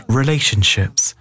relationships